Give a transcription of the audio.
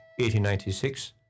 1896